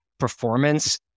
Performance